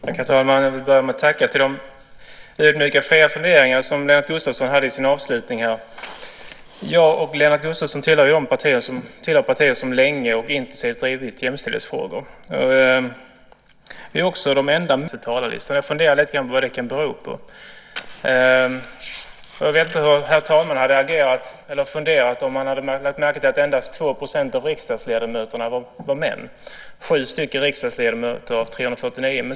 Herr talman! Jag vill börja med att tacka för de ödmjuka fria funderingar som Lennart Gustavsson hade i sin avslutning. Jag och Lennart Gustavsson tillhör partier som länge och intensivt drivit jämställdhetsfrågor. Vi är också de enda männen i den här debatten lade jag märke till när jag läste talarlistan. Jag funderar lite grann på vad det kan bero på. Jag vet inte hur herr talman hade agerat eller funderat om han hade lagt märke till att endast 2 % av riksdagsledamöterna var män, det vill säga 7 riksdagsledamöter av 349.